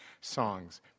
songs